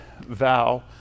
vow